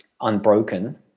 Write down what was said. unbroken